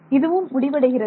இதுவும் முடிவடைகிறது